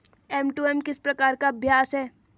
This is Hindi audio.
एम.टू.एम किस प्रकार का अभ्यास है?